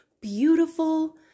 beautiful